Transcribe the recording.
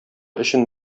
өчен